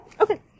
Okay